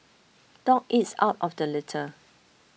dog eats out of the litter